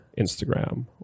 Instagram